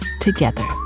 together